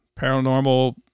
paranormal